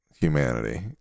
humanity